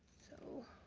so,